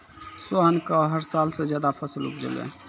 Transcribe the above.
सोहन कॅ हर साल स ज्यादा फसल उपजलै